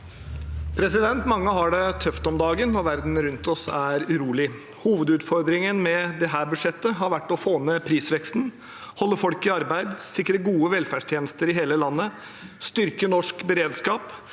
Mange har det tøft om dagen, og verden rundt oss er urolig. Hovedutfordringen med dette budsjettet har vært å få ned prisveksten, holde folk i arbeid, sikre gode velferdstjenester i hele landet, styrke norsk beredskap